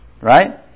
Right